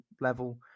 level